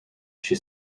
she